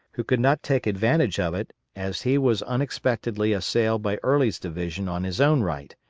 who could not take advantage of it as he was unexpectedly assailed by early's division on his own right,